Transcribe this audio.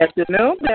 Afternoon